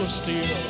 steel